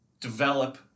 develop